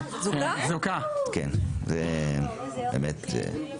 בוודאי, אני מתחילה,